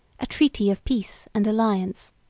a treaty of peace and alliance,